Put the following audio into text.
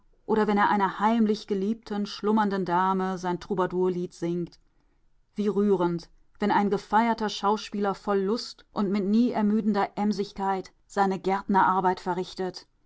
oder wenn er einer heimlich geliebten schlummernden dame sein troubadourlied singt wie rührend wenn ein gefeierter schauspieler voll lust und mit nie ermüdender emsigkeit seine gärtnerarbeit verrichtet